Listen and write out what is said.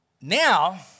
Now